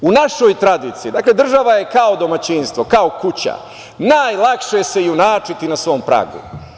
U našoj tradiciji, dakle država je kao domaćinstvo, kao kuća, najlakše se junačiti na svom pragu.